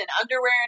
underwear